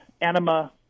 anima